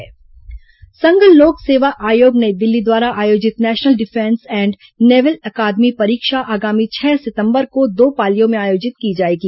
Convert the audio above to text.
national defence परीक्षा संघ लोक सेवा आयोग नई दिल्ली द्वारा आयोजित नेशनल डिफेंस एंड नेवल अकादमी परीक्षा आगामी छह सितंबर को दो पालियों में आयोजित की जाएगी